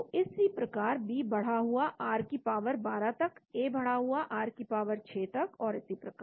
तो इसी प्रकार B बढ़ा हुआ r की पावर 12 तक A बढ़ा हुआ r की पावर 6 तक और इसी प्रकार